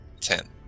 Ten